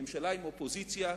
ממשלה עם אופוזיציה,